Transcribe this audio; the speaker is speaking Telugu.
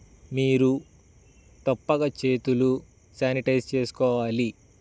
మీరు తప్పక చేతులు శానిటైజ్ చేసుకోవాలి